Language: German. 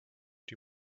die